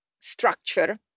structure